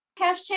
Hashtag